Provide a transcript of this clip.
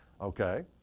Okay